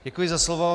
Děkuji za slovo.